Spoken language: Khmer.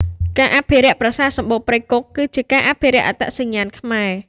ការអភិរក្សប្រាសាទសំបូរព្រៃគុក គឺជាការអភិរក្សអត្តសញ្ញាណខ្មែរ។